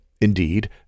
Indeed